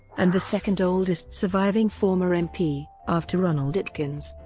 and the second-oldest surviving former mp, after ronald atkins.